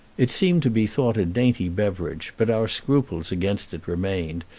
it seemed to be thought a dainty beverage, but our scruples against it remained,